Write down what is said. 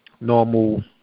normal